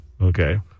Okay